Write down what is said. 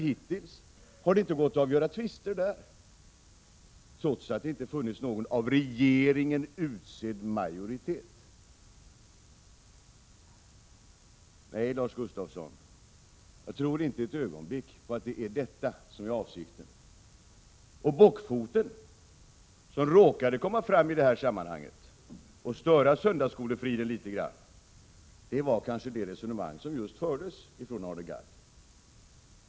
Har det inte gått av avgöra tvister där, trots att det inte har funnits en majoritet utsedd av regeringen? Nej, Lars Gustafsson, jag tror inte ett ögonblick att det är detta som är avsikten. Den bockfot som i detta sammanhang råkade komma fram och störa söndagsskolefriden litet var kanske det resonemang som Arne Gadd förde.